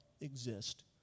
exist